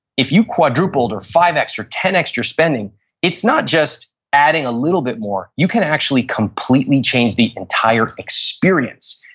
if you quadrupled or five x or ten x your spending it's not just adding a little bit more, you can actually completely change the entire experience.